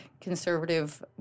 conservative